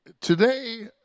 Today